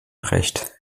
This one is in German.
recht